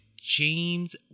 James